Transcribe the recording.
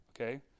okay